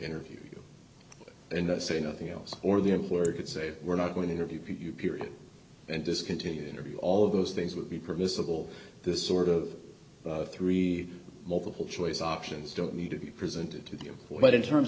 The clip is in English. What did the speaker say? interview and i say nothing else or the employer could say we're not going to interview people period and discontinue the interview all of those things would be permissible this sort of three multiple choice options don't need to be presented to the what in terms